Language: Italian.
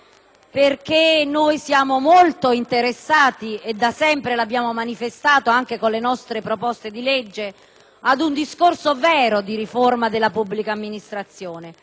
Noi invece siamo molto interessati e da sempre - lo abbiamo manifestato anche con le nostre proposte di legge - ad un vero discorso di riforma della pubblica amministrazione.